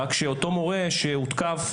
רק אותו מורה שהותקף,